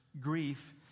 grief